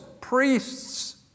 priests